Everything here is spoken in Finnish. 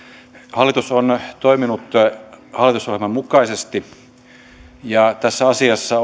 hallitus on toiminut hallitusohjelman mukaisesti tässä asiassa